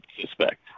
suspect